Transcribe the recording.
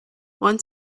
one